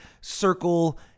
circle